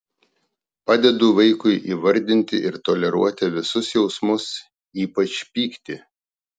padedu vaikui įvardinti ir toleruoti visus jausmus ypač pyktį